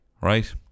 right